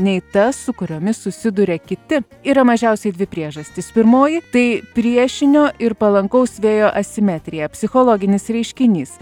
nei tas su kuriomis susiduria kiti yra mažiausiai dvi priežastis pirmoji tai priešinio ir palankaus vėjo asimetrija psichologinis reiškinys